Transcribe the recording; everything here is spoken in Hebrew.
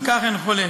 על כך אין חולק.